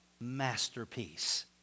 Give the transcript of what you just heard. masterpiece